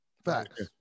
facts